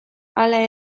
hala